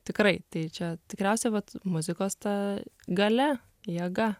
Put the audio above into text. tikrai tai čia tikriausiai vat muzikos ta galia jėga